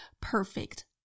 perfect